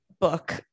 book